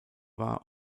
war